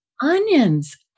onions